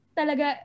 talaga